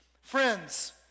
Friends